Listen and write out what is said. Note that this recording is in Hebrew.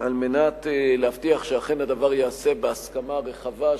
כדי להבטיח שאכן הדבר ייעשה בהסכמה רחבה,